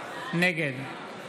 נגד